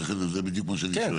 זה בדיוק מה שאני שואל.